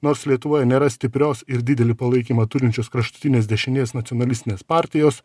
nors lietuvoj nėra stiprios ir didelį palaikymą turinčios kraštutinės dešinės nacionalistinės partijos